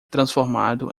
transformado